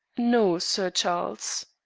no, sir charles.